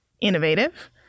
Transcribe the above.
innovative